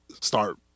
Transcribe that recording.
start